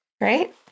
Right